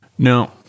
no